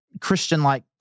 Christian-like